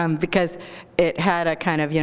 um because it had a kind of, yeah